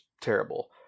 terrible